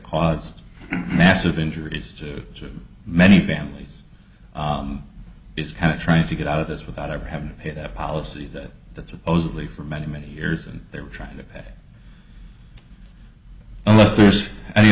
caused massive injuries to many families is kind of trying to get out of this without ever having to pay that policy that that supposedly for many many years and they were trying to do that unless there's any